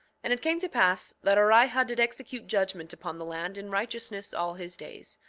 and it came to pass that orihah did execute judgment upon the land in righteousness all his days,